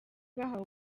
bahawe